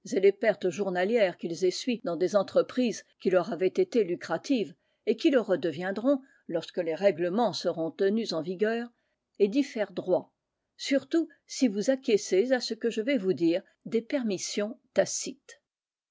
les pertes journalières qu'ils essuient dans des entreprises qui leur avaient été lucratives et qui le redeviendront lorsque les règlements seront tenus en vigueur est d'y faire droit surtout si vous acquiescez à ce que je vais vous dire des permissions tacites